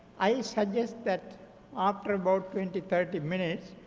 i'll suggest that after about twenty thirty minutes,